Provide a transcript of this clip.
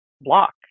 block